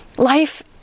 Life